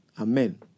Amen